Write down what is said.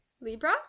Libra